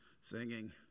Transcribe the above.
singing